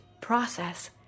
process